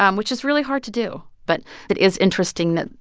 um which is really hard to do. but it is interesting that,